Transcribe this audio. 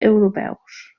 europeus